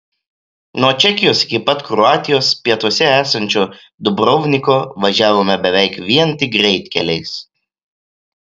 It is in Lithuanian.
nuo čekijos iki pat kroatijos pietuose esančio dubrovniko važiavome beveik vien tik greitkeliais